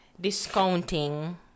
discounting